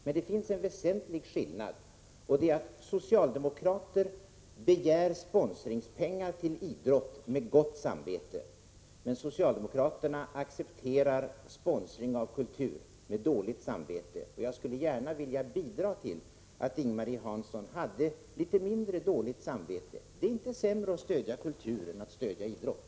Men det finns en väsentlig skillnad: Socialdemokrater begär sponsringspengar till idrott med gott samvete, men socialdemokrater accepterar sponsring av kultur med dåligt samvete. Jag skulle gärna vilja bidra till att ge Ing-Marie Hansson litet mindre dåligt samvete. Det är inte sämre att stödja kultur än att stödja idrott!